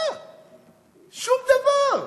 שום דבר,